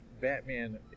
Batman